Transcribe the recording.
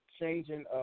changing